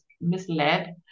misled